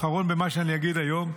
אחרון במה שאני אגיד היום,